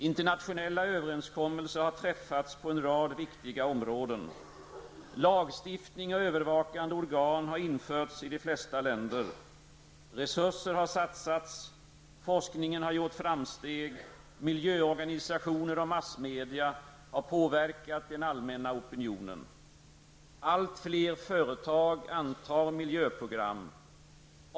Internationella överenskommelser har träffats på en rad viktiga områden. Lagstiftning och övervakande organ har införts i de flesta länder. Resurser har satsats. Forskningen har gjort framsteg. Miljöorganisationer och massmedia har påverkat den allmänna opinionen. Allt fler företag antar miljöprogram.